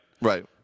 Right